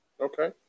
Okay